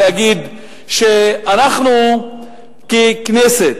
להגיד שאנחנו ככנסת,